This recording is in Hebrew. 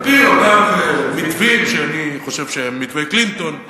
על-פי אותם מתווים שאני חושב שהם מתווי קלינטון,